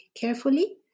carefully